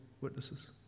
witnesses